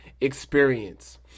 experience